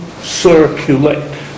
circulate